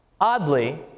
Oddly